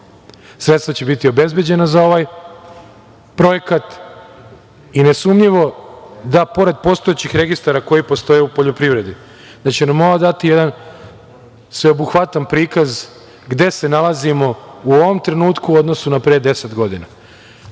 sredstva će biti obezbeđena za ovaj projekat i nesumnjivo da pored postojećih registara koji postoje u poljoprivredi, da će nam ovo dati jedan sveobuhvatan prikaz gde se nalazimo u ovom trenutku u odnosu na pre 10 godina. Široko